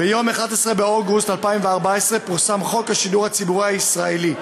ביום 11 באוגוסט 2014 פורסם חוק השידור הציבורי הישראלי.